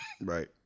right